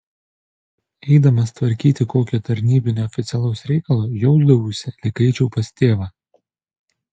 eidamas tvarkyti kokio tarnybinio oficialaus reikalo jausdavausi lyg eičiau pas tėvą